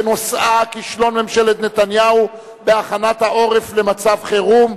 שנושאה: כישלון ממשלת נתניהו בהכנת העורף למצב חירום,